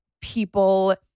people